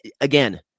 again